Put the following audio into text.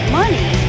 money